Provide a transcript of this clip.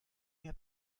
mehr